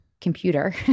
computer